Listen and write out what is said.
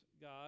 God